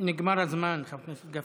נגמר הזמן, חבר הכנסת גפני.